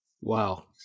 Wow